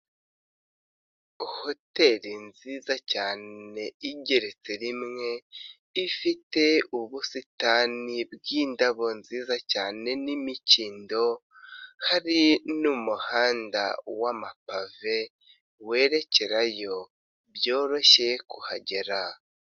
Hoteli nziza cyane ingeretse rimwe, ifite ubusitani bw'indabyo nziza cyane n'imikindo ,hari n'umuhanda w'amapave werekerayo byoroshye kuhagera.